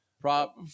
Prop